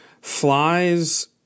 flies